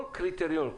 כל קריטריון,